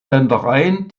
ländereien